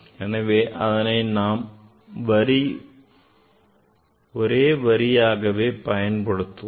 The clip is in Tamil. எனவே அதனை நாம் ஒரே வரியாகவே பயன்படுத்துவோம்